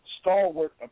stalwart